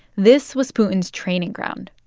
this was putin's training ground.